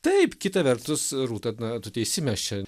taip kita vertus rūta na tu teisi mes čia